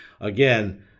Again